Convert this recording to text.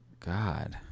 God